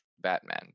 Batman